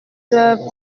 heures